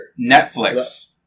Netflix